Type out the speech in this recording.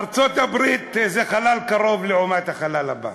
ארצות-הברית זה חלל קרוב לעומת החלל הבא.